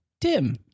Tim